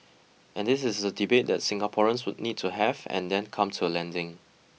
and this is a debate that Singaporeans would need to have and then come to a landing